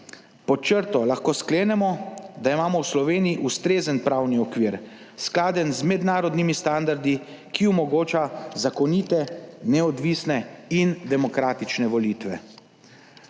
Pod črto lahko sklenemo, da imamo v Sloveniji ustrezen pravni okvir, skladen z mednarodnimi standardi, ki omogoča zakonite, neodvisne in demokratične volitve.